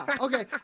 Okay